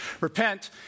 Repent